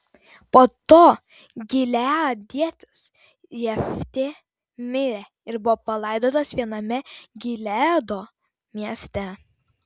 po to gileadietis jeftė mirė ir buvo palaidotas viename gileado mieste